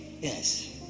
yes